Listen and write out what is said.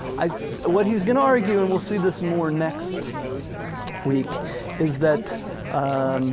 what he's gonna argue and we'll see this more next week is that